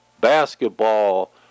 basketball